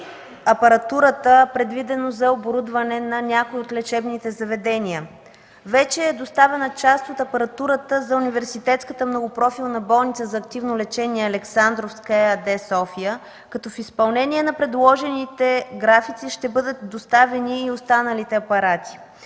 апаратурата, предвидена за оборудване на някои лечебни заведения. Вече е доставена част от апаратурата за Университетската многопрофилна болница за активно лечение „Александровска” ЕАД – София, като в изпълнение на предложените графици ще бъдат доставени и останалите апарати.